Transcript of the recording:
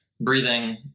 breathing